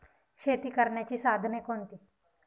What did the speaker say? शेती करण्याची साधने कोणती?